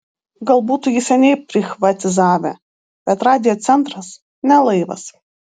gal būtų jį seniai prichvatizavę bet radijo centras ne laivas